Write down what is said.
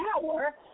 power